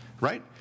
Right